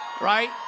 Right